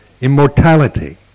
Immortality